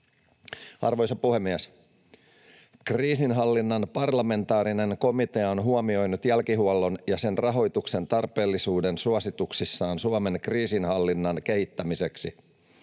Arvoisa puhemies! Kriisinhallinnan parlamentaarinen komitea on huomioinut jälkihuollon ja sen rahoituksen tarpeellisuuden suosituksissaan Suomen kriisinhallinnan kehittämiseksi: